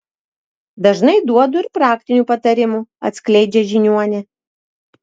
dažnai duodu ir praktinių patarimų atskleidžia žiniuonė